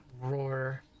roar